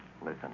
Listen